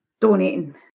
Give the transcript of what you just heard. donating